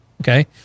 Okay